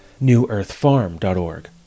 newearthfarm.org